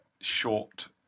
short